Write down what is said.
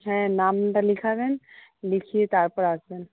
হ্যাঁ নামটা লেখাবেন লিখিয়ে তারপর আসবেন